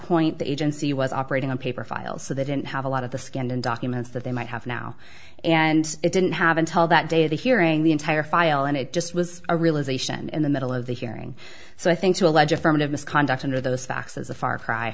point the agency was operating on paper files so they didn't have a lot of the scanned in documents that they might have now and it didn't have until that day the hearing the entire file and it just was a realization in the middle of the hearing so i think to allege affirmative misconduct under those facts is a far cry